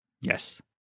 yes